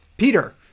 Peter